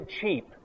cheap